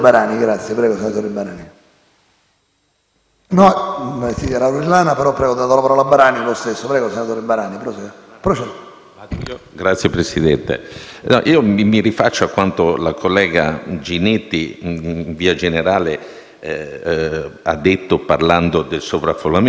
Signor Presidente, mi rifaccio a quanto la collega Ginetti in via generale ha affermato parlando del sovraffollamento. Io scendo nel